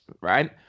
right